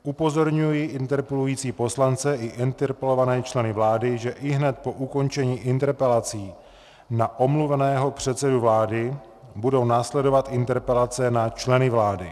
Upozorňuji interpelující poslance i interpelované členy vlády, že ihned po ukončení interpelací na omluveného předsedu vlády budou následovat interpelace na členy vlády.